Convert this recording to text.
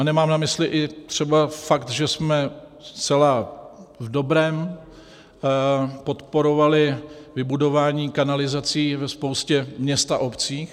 Nemám na mysli třeba ani fakt, že jsme zcela v dobrém podporovali vybudování kanalizací ve spoustě měst a obcí.